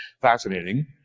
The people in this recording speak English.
Fascinating